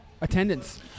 attendance